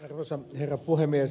arvoisa herra puhemies